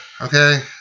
okay